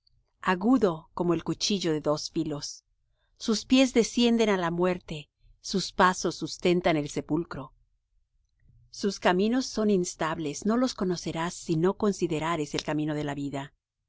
agudo como cuchillo de dos filos sus pies descienden á la muerte sus pasos sustentan el sepulcro sus caminos son instables no los conocerás si no considerares el camino de vida